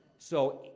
so,